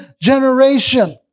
generation